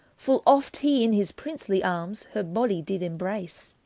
full oft he in his princelye armes her bodye did embrace.